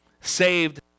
Saved